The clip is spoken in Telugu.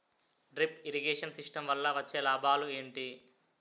డ్రిప్ ఇరిగేషన్ సిస్టమ్ వల్ల వచ్చే లాభాలు ఏంటి?